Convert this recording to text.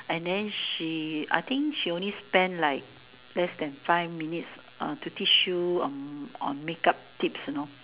and then she I think she only spend like less than five minutes uh to teach you on on make up tips you know